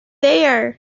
there